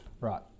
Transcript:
Right